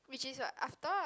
which is what after